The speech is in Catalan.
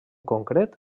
concret